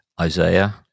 Isaiah